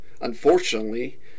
unfortunately